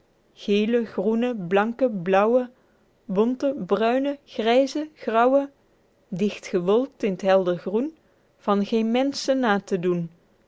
geelwe groene blanke blauwe bonte bruine gryze grauwe digt gewolkte in t helder groen van geen mensche na te doen